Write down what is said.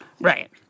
Right